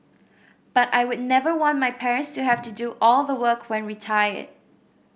but I would never want my parents to have to do all the work when retired